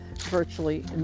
virtually